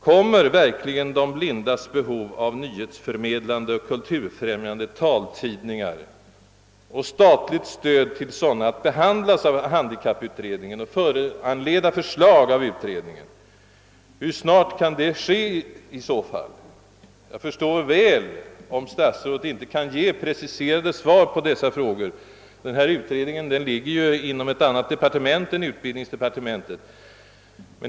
Kommer alltså verkligen de blindas behov av nyhetsförmedlande och kulturfrämjande taltidningar och ett statligt stöd till sådana att behandlas av handikapputredningen och föranleda förslag av denna? Hur snart kan det i så fall ske? Jag förstår väl, om statsrådet inte kan ge preciserade svar på dessa frågor; denna utredning ligger ju inom ett annat departement än utbildningsdepartementet.